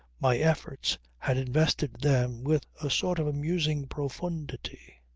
my efforts had invested them with a sort of amusing profundity.